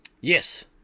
Yes